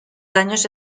daños